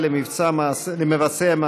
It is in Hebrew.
הרווחה והבריאות להכנתה לקריאה ראשונה.